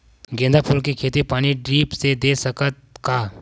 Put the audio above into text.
गेंदा फूल के खेती पानी ड्रिप से दे सकथ का?